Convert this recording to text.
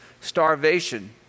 starvation